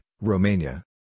Romania